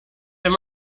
him